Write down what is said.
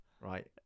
Right